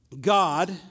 God